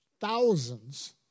thousands